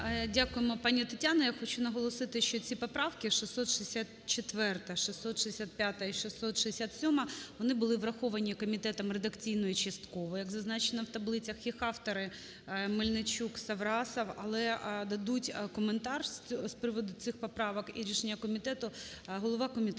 Дякуємо, пані Тетяно. Я хочу наголосити, що ці поправки: 664, 665 і 667, - вони були враховані комітетом редакційно і частково, як зазначено в таблицях. Їх автори Мельничук, Саврасов. Але дадуть коментар з приводу цих поправок і рішення комітету голова комітету.